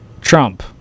Trump